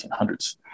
1800s